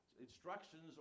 instructions